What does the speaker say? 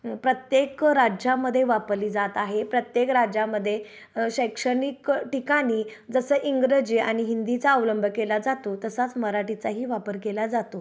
प्रत्येक राज्यामध्ये वापरली जात आहे प्रत्येक राज्यामध्ये शैक्षणिक ठिकानी जसं इंग्रजी आणि हिंदीचा अवलंब केला जातो तसाच मराठीचाही वापर केला जातो